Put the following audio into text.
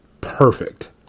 perfect